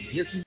Yes